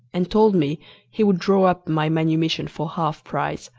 and told me he would draw up my manumission for half price,